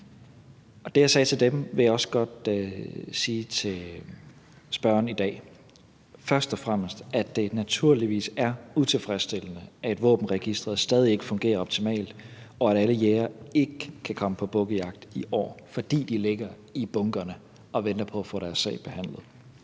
Det, jeg sagde til dem, vil jeg også godt sige til spørgeren i dag. Først og fremmest er det naturligvis utilfredsstillende, at våbenregisteret stadig ikke fungerer optimalt, og at alle jægere ikke kan komme på bukkejagt i år, fordi deres sager ligger i bunkerne og venter på at blive behandlet.